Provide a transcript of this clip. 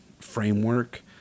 framework